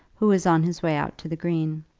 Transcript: who was on his way out to the green.